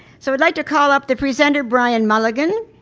so i'd like to call up the presenter brian mulligan,